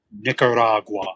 Nicaragua